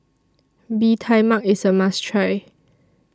Bee Tai Mak IS A must Try